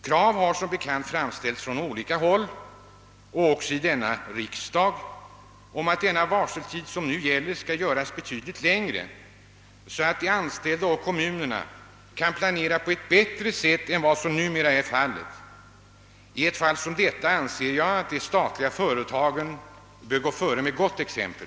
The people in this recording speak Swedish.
Krav har som bekant framställts från olika håll — också här i riksdagen — på att den varseltid som nu gäller skall göras betydligt längre för att de anställda och kommunerna skall kunna planera på ett bättre sätt än för närvarande. I ett fall som detta anser jag att de statliga företagen bör gå före med gott exempel.